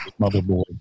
motherboard